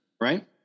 right